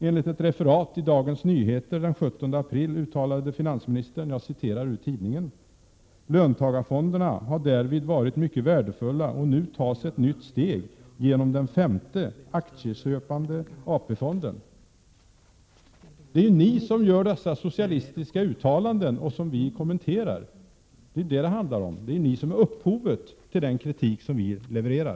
Enligt ett referat i Dagens Nyheter den 17 april uttalade finansministern: ”Löntagarfonderna har därvid varit mycket värdefulla och nu tas ett nytt steg genom den femte — aktieköpande — AP-fonden.” Det är ju ni som gör dessa socialistiska uttalanden som vi kommenterar. Det är ni som ger upphov till den kritik som vi levererar.